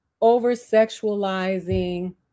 over-sexualizing